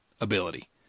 ability